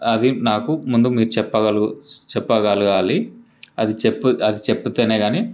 అది మీరు నాకు ముందు చెప్పగలు చెప్పగలగాలి అది చెప్ అది చెప్తేనే కాని